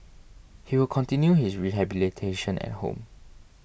he will continue his rehabilitation at home